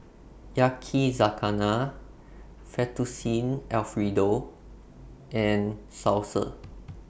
Yakizakana Fettuccine Alfredo and Salsa